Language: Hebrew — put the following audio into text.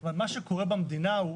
אבל מה שקורה במדינה הוא